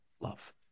love